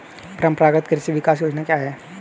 परंपरागत कृषि विकास योजना क्या है?